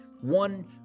one